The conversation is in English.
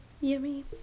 yummy